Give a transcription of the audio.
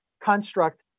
construct